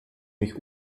mich